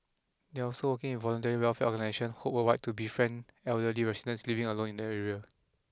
they are also working with voluntary welfare organisation Hope Worldwide to befriend elderly residents living alone in the area